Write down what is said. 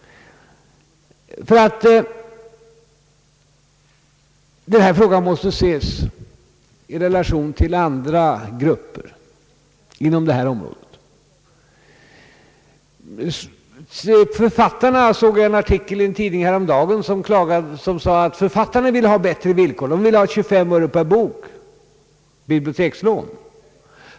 Denna fråga måste ses i relation till andra grupper inom detta område. I en artikel i en tidning häromdagen sades det, att författarna ville ha bättre villkor. De ville ha 25 öre per bok vid bibliotekslån.